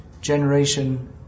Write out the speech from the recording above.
generation